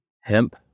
hemp